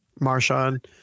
Marshawn